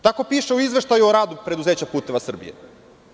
Tako piše u izveštaju o radu preduzeća "Putevi Srbije"